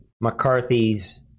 McCarthy's